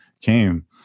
came